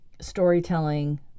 storytelling